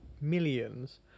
millions